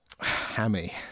Hammy